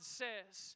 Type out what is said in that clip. says